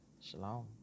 Shalom